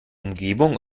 umgebung